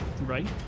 Right